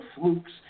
flukes